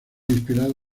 inspirado